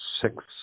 six